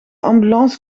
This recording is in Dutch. ambulance